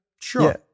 Sure